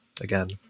again